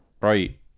right